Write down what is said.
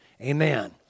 Amen